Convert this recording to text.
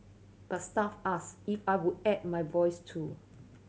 but staff asked if I would add my voice too